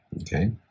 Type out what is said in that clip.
Okay